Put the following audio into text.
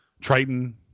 Triton